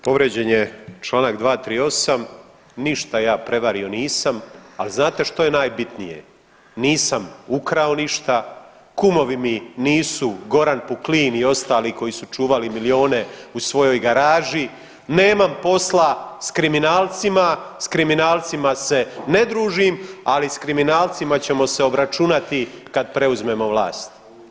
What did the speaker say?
Povrijeđen je čl. 238. ništa ja prevario nisam, ali znate što je najbitnije, nisam ukrao ništa, kumovi mi nisu Goran PUklin i ostali koji su čuvali milijone u svojoj garaži, nemam posla s kriminalcima, s kriminalcima se ne družim, ali s kriminalcima ćemo se obračunati kad preuzmemo vlast.